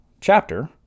chapter